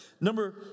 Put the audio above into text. Number